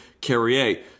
Carrier